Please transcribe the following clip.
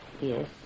yes